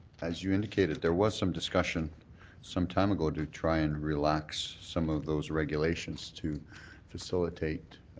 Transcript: as you indicated, there was some discussion sometime ago to try and relax some of those regulations to facilitate